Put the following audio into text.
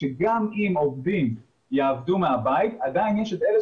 שגם אם עובדים יעבדו מהבית עדיין יש את אלה